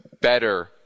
better